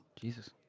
Jesus